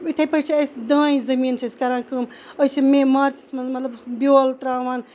اِتھے پٲٹھۍ چھِ أسۍ دانہِ زٔمیٖن چھِ أسۍ کَران کٲم أسۍ چھِ مےٚ مارچَس مَنٛز بیول تراوان